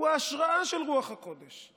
הוא ההשראה של רוח הקודש.